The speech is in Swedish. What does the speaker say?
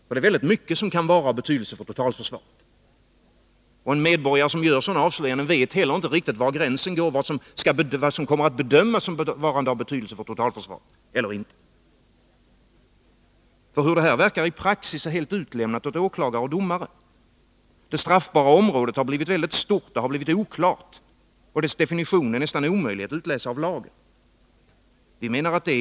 Och det är väldigt mycket som kan vara av betydelse för totalförsvaret. En medborgare som gör sådana avslöjanden vet heller inte riktigt var gränsen går, vad som kommer att bedömas såsom varande av betydelse för totalförsvaret eller inte. Hur detta verkar i praxis är helt utlämnat åt åklagare och domare. Det straffbara området har blivit stort och oklart, och dess definition är omöjlig att utläsa av lagen.